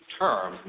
term